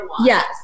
yes